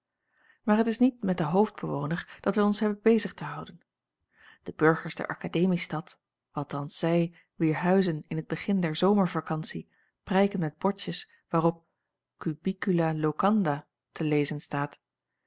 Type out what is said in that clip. maar het is niet met den hoofdbewoner dat wij ons hebben bezig te houden de burgers der akademiestad althans zij wier huizen in het begin der zomervakantie prijken met bordjes waarop cubicula locanda te lezen staat